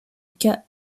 cas